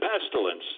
pestilence